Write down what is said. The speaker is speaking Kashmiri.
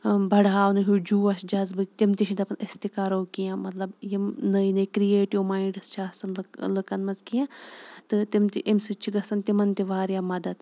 بَڑھاونہٕ ہیوٗ جوش جذبٕہ تِم تہِ چھِ دَپان أسۍ تہِ کَرو کیٚنٛہہ مطلب یِم نٔے نٔے کِرٛییٹِو مایِنٛڈٕس چھِ آسان لٕکَن منٛز کیٚنٛہہ تہٕ تِم تہِ اَمہِ سۭتۍ چھِ گَژھان تِمَن تہِ واریاہ مَدَتھ